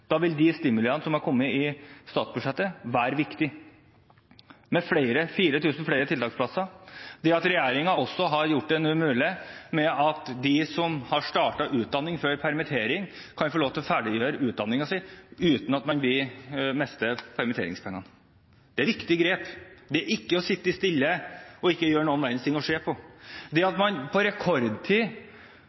Da vil de stimuliene som har kommet i statsbudsjettet, være viktige, med 4 000 flere tiltaksplasser og det at regjeringen har gjort det mulig at de som har startet utdanning før permittering, kan få lov til å gjøre ferdig utdanningen sin uten at de mister permitteringspengene. Det er viktige grep. Det er ikke å sitte stille og se på og ikke gjøre noen verdens ting. Det at man på rekordtid